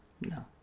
No